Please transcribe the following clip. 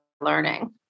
learning